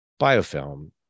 biofilm